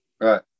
right